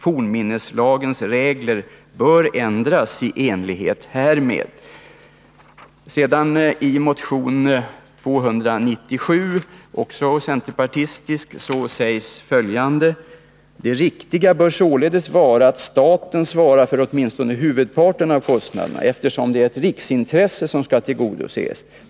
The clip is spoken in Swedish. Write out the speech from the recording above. Fornminneslagens regler bör ändras i enlighet härmed.” Sedan, i motion 297, också centerpartistisk, sägs följande: ”Det riktiga bör således vara att staten svarar för åtminstone huvudparten av kostnaderna, eftersom det är ett riksintresse som skall tillgodoses.